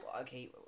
Okay